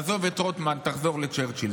עזוב את רוטמן, תחזור לצ'רצ'יל.